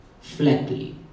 flatly